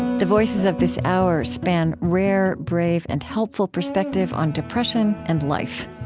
the voices of this hour span rare, brave, and helpful perspective on depression and life.